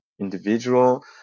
individual